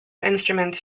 instruments